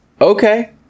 okay